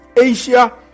asia